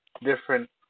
different